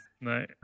No